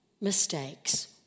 mistakes